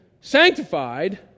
sanctified